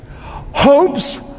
Hopes